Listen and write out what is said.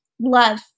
love